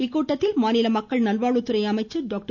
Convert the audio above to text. இக்கூட்டத்தில் மாநில மக்கள் நல்வாழ்வுத்துறை அமைச்சா் டாக்டர்